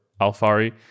Alfari